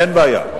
אין בעיה.